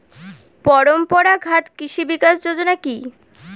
পরম্পরা ঘাত কৃষি বিকাশ যোজনা কি?